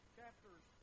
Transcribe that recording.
chapters